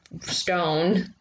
stone